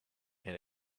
and